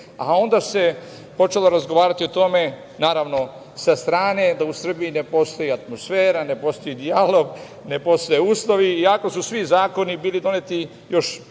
Onda se počelo razgovarati o tome, naravno sa strane, da u Srbiji ne postoji atmosfera, ne postoji dijalog, ne postoje uslovi iako su svi zakoni bili doneti pre